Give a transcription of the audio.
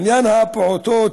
עניין הפעוטות,